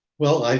well,